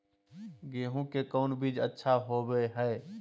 गेंहू के कौन बीज अच्छा होबो हाय?